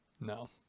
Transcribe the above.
No